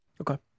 Okay